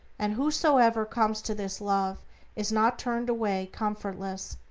and whosoever comes to this love is not turned away comfortless,